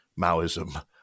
Maoism